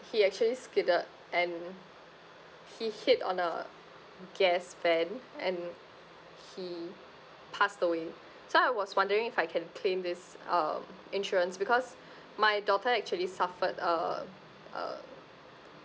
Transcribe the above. he actually skidded and he hit on a gas vent and he passed away so I was wondering if I can claim this um insurance because my daughter actually suffered a a